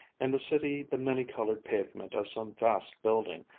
and the city the many-colored pavement of some vast building,